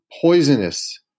poisonous